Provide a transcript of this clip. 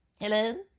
Hello